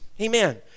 amen